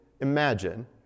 imagine